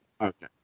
Okay